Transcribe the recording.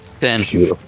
Ten